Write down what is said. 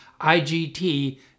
IGT